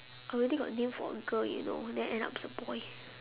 already got name for a girl you know then end up it's a boy